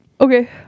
Okay